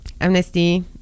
Amnesty